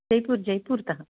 जयपुरं जयपुरतः